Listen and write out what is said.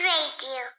Radio